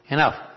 Enough